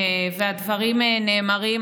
והדברים נאמרים.